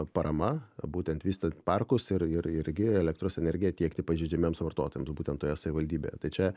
parama būtent vystyt parkus ir ir irgi elektros energiją tiekti pažeidžiamiems vartotojams būtent toje savivaldybėje tai čia